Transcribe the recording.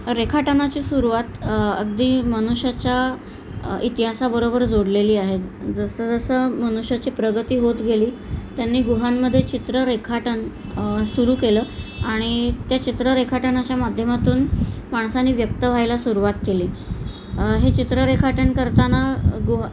रेखाटनाची सुरुवात अगदी मनुष्याच्या इतिहासाबरोबर जोडलेली आहे जसंजसं मनुष्याची प्रगती होत गेली त्यांनी गुहांमध्ये चित्र रेखाटन सुरू केलं आणि त्या चित्र रेखाटनाच्या माध्यमातून माणसानी व्यक्त व्हायला सुरुवात केली हे चित्र रेखाटन करताना गुहा